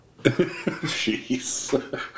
Jeez